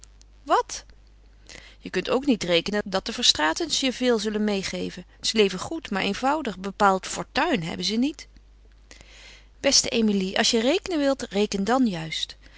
wat je kunt ook niet rekenen dat de verstraetens je veel zullen meêgeven ze leven goed maar eenvoudig bepaald fortuin hebben ze niet beste emilie als je rekenen wilt reken dan juist